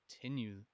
continue